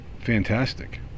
fantastic